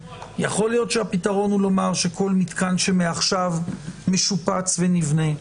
יכול להיות שהפתרון הוא לומר שכל מתקן שמעכשיו משופץ ונבנה.